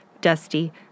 dusty